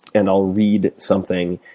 and i'll read something,